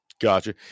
Gotcha